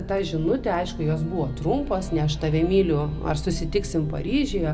tą žinutę aišku jos buvo trumpos ne aš tave myliu ar susitiksim paryžiuje